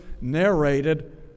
narrated